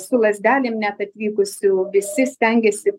su lazdelėm net atvykusių visi stengiasi